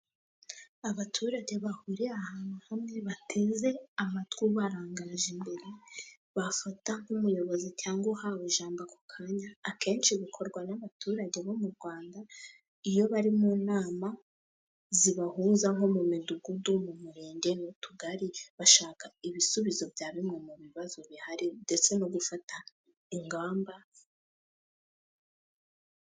Abaturage bahuriye ahantu hamwe bateze amatwi ubarangaje imbere bafata nk'umuyobozi cyangwa uhawe ijambo ako kanya ,akenshi bikorwa n'abaturage bo mu Rwanda iyo bari mu nama zibahuza nko mu midugudu, mu murenge n'utugari ,bashaka ibisubizo bya bimwe mu bibazo bihari ndetse no gufata ingamba zi...